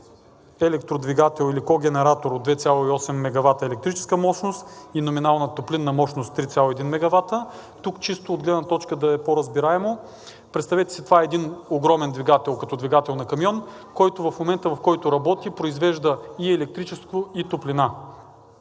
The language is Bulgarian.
електродвигател, или когенератор, от 2,8 мегавата електрическа мощност и номинална топлинна мощност 3,1 мегавата. Тук чисто от гледна точка да е по-разбираемо – представете си, това е един огромен двигател като двигател на камион, който в момента, в който работи, произвежда и електричество, и топлина.